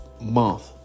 month